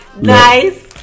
nice